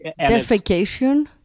Defecation